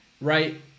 right